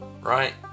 Right